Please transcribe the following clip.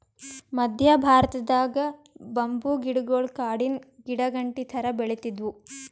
ಮದ್ಯ ಭಾರತದಾಗ್ ಬಂಬೂ ಗಿಡಗೊಳ್ ಕಾಡಿನ್ ಗಿಡಾಗಂಟಿ ಥರಾ ಬೆಳಿತ್ತಿದ್ವು